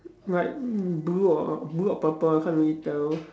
light blue or or blue or purple I can't really tell